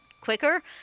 quicker